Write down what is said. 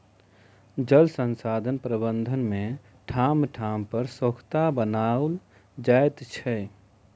जल संसाधन प्रबंधन मे ठाम ठाम पर सोंखता बनाओल जाइत छै